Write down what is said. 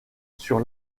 sur